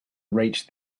reach